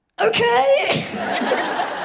Okay